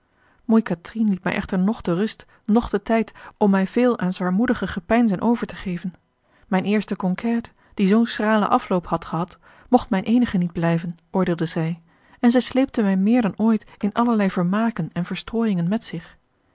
moei catrine liet mij echter noch de rust noch den tijd om mij veel aan zwaarmoedige gepeinzen over te geven mijne eerste conquête die zoo'n schralen afloop had gehad mocht mijne eenige niet blijven oordeelde zij en zij sleepte mij meer dan ooit in allerlei vermaken en verstrooiingen met zich